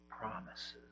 promises